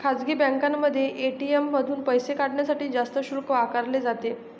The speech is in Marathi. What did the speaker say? खासगी बँकांमध्ये ए.टी.एम मधून पैसे काढण्यासाठी जास्त शुल्क आकारले जाते